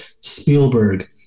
Spielberg